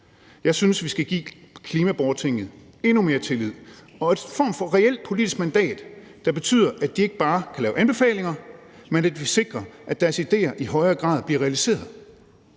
Jeg synes, vi skal give klimaborgertinget endnu mere tillid og en form for reelt politisk mandat, der betyder, at de ikke bare kan lave anbefalinger, men at vi sikrer, at deres idéer i højere grad bliver realiseret.